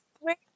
wait